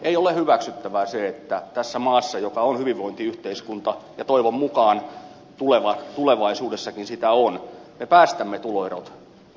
ei ole hyväksyttävää se että tässä maassa joka on hyvinvointiyhteiskunta ja toivon mukaan tulevaisuudessakin sitä on me päästämme tuloerot repeämään